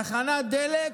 תחנת דלק,